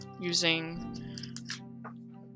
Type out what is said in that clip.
using